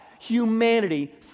humanity